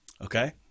Okay